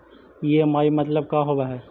EMI मतलब का होब हइ?